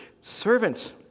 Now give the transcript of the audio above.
Servants